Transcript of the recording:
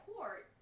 Court